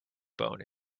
bone